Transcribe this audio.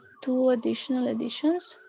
two additional editions.